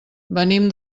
venim